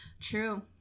true